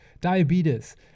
diabetes